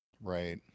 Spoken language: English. Right